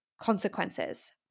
consequences